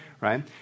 right